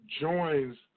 joins